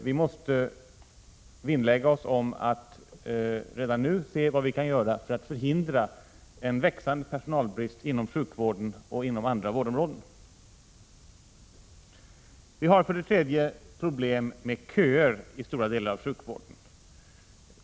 Vi måste vinnlägga oss om att redan nu se vad vi kan göra för att förhindra en växande personalbrist inom sjukvården och inom andra vårdområden. För det tredje har vi problem med köer i stora delar av sjukvården.